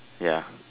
ya